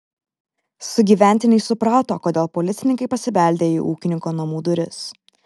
sugyventiniai suprato kodėl policininkai pasibeldė į ūkininko namų duris